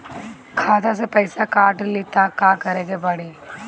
खाता से पैसा काट ली त का करे के पड़ी?